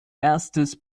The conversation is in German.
erstes